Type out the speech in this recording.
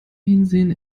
hinsehen